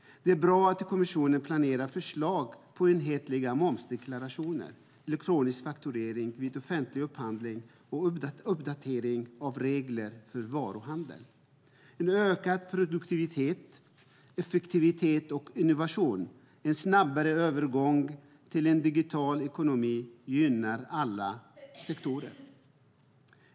Det är bra att kommissionen planerar förslag om enhetliga momsdeklarationer, elektronisk fakturering vid offentlig upphandling och uppdatering av regler för varuhandel. En ökad produktivitet, effektivitet och innovation och en snabbare övergång till en digital ekonomi gynnar alla sektorer.